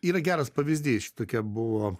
yra geras pavyzdys čia tokia buvo